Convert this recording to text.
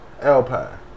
Alpine